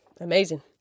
amazing